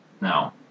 now